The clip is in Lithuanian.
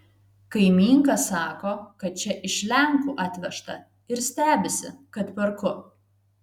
kaimynka sako kad čia iš lenkų atvežta ir stebisi kad perku